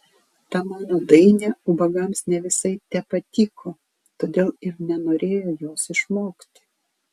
ta mano dainė ubagams ne visai tepatiko todėl ir nenorėjo jos išmokti